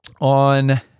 on